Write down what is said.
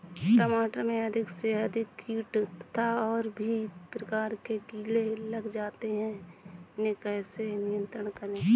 टमाटर में अधिक से अधिक कीट तथा और भी प्रकार के कीड़े लग जाते हैं इन्हें कैसे नियंत्रण करें?